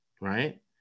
right